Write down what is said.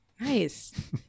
Nice